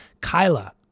Kyla